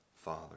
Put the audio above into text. father